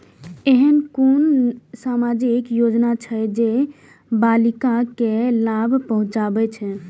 ऐहन कुनु सामाजिक योजना छे जे बालिका के लाभ पहुँचाबे छे?